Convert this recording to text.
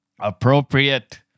appropriate